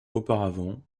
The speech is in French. auparavant